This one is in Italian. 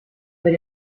per